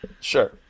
Sure